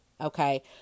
okay